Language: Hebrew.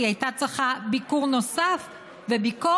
כי היא הייתה צריכה ביקור נוסף וביקורת,